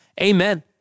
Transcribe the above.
Amen